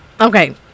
Okay